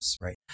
right